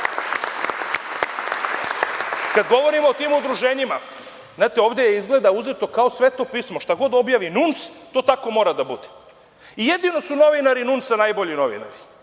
govorimo o tim udruženjima, znate, ovde je izgleda uzeto kao Sveto pismo, šta god objavi NUNS, to tako mora da bude. Jedino su novinari NUNS-a najbolji novinari,